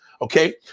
Okay